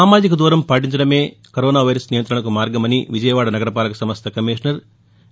సామాజిక దూరం పాటించడమే కరోనా వైరస్ నియంతణకు మార్గమని విజయవాడ నగరపాలక సంస్ల కమిషనర్ వి